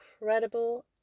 incredible